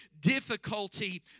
difficulty